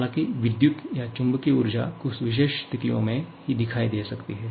हालांकि विद्युत या चुंबकीय ऊर्जा कुछ विशेष स्थितियों में ही दिखाई दे सकती हैं